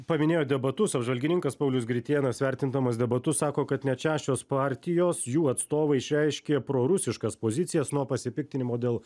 paminėjot debatus apžvalgininkas paulius gritėnas vertindamas debatus sako kad net šešios partijos jų atstovai išreiškė prorusiškas pozicijas nuo pasipiktinimo dėl